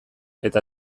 eta